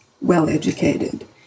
well-educated